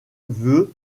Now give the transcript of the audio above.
veu